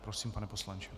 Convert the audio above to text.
Prosím, pane poslanče.